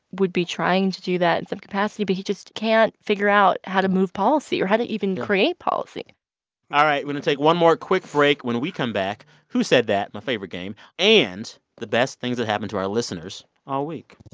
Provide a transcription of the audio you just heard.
would be trying to do that in some capacity, but he just can't figure out how to move policy or how to even create policy all right. we're going to take one more quick break. when we come back, who said that my favorite game and the best things that happened to our listeners all week